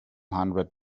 hundred